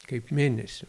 kaip mėnesių